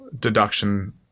deduction